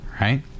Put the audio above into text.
right